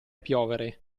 piovere